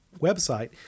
website